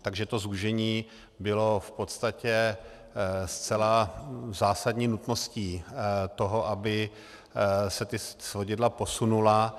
Takže to zúžení bylo v podstatě zcela zásadní nutností toho, aby se ta svodidla posunula.